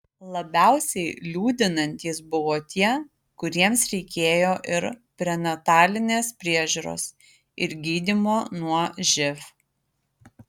labiausiai liūdinantys buvo tie kuriems reikėjo ir prenatalinės priežiūros ir gydymo nuo živ